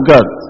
God